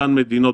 אותן מדינות,